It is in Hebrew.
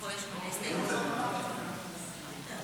נתקבל.